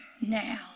now